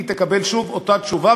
היא תקבל שוב אותה תשובה,